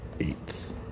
eighth